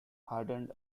hardened